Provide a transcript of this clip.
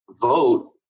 vote